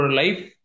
life